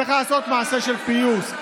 צריך לעשות מעשה של פיוס,